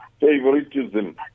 favoritism